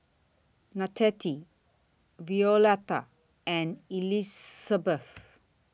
Nanette Violetta and Elisabeth